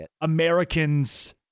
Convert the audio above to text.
Americans